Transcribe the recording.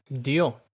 Deal